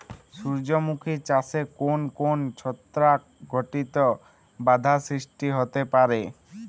সূর্যমুখী চাষে কোন কোন ছত্রাক ঘটিত বাধা সৃষ্টি হতে পারে?